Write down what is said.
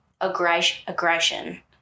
aggression